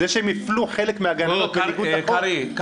זה שהם הפלו חלק מהגננות בניגוד לחוק --- קרעי,